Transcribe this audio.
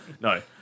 No